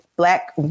Black